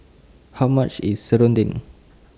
How much IS Serunding